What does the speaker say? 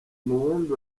mubumbe